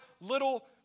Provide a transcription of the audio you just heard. little